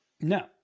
No